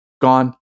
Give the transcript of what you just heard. gone